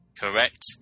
Correct